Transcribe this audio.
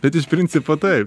bet iš principo taip